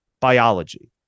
biology